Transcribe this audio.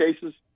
cases